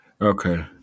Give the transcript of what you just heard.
okay